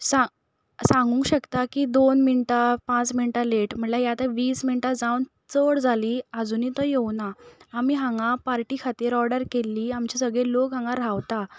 सांग सांगूंक शकता की दोन मिनटां पांच मिनटां लेट म्हणल्यार हो आतां वीस मिनटां जावन चड जालीं आजुनी तो येवना आमी हांगा पार्टी खातीर ऑर्डर केल्ली की आमचे सगले लोक हांगा रावतात